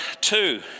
two